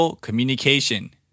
Communication